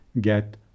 get